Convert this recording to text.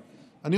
ציבור,